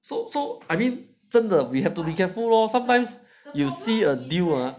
so so I mean 真的 we have to be careful lor sometimes you'll see a deal ah